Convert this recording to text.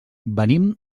venim